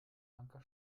anker